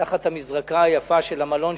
תחת המזרקה היפה של המלון,